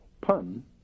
pun